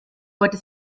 heute